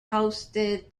hosted